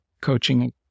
coaching